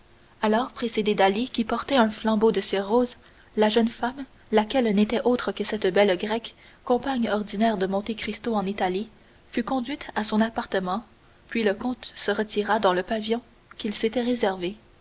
alors précédé d'ali qui portait un flambeau de cire rose la jeune femme laquelle n'était autre que cette belle grecque compagne ordinaire de monte cristo en italie fut conduite à son appartement puis le comte se retira dans le pavillon qu'il s'était réservé